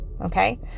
Okay